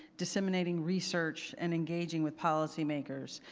disseminating research and engaging with policymakers.